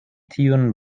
tiun